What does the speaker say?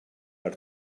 per